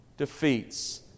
defeats